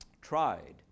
tried